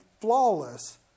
flawless